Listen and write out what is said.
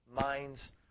minds